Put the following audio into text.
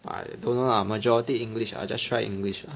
!aiya! don't know lah majority English lah I just try English lah